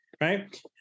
Right